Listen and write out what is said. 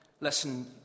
Listen